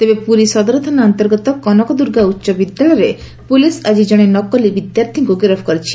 ତେବେ ପୁରୀ ସଦର ଥାନା ଅନ୍ତର୍ଗତ କନକଦୂର୍ଗା ଉଚ ବିଦ୍ୟାଳୟରେ ପୋଲିସ ଆକି ନକଲି ବିଦ୍ୟାର୍ଥୀଙ୍କ ଗିରଫ କରିଛି